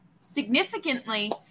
significantly